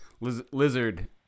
Lizard